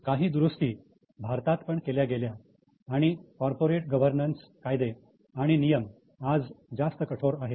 काही दुरुस्ती भारतात पण केल्या गेल्या आणि कॉर्पोरेट गव्हर्नन्स कायदे आणि नियम आज जास्त कठोर आहेत